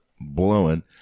blowing